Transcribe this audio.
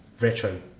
Retro